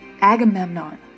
Agamemnon